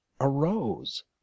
arose